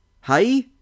hi